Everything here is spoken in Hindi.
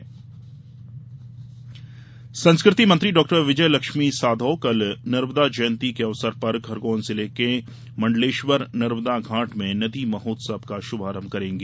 नर्मदा जयंती संस्कृति मंत्री डॉ विजयलक्ष्मी साधौ कल नर्मदा जयंती के अवसर पर खरगौन जिले के मण्डलेश्वर नर्मदा घाट में नदी महोत्सव का शुभारंभ करेंगी